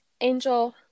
angel